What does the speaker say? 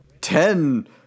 Ten